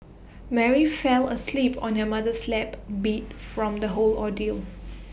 Mary fell asleep on her mother's lap beat from the whole ordeal